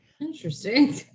Interesting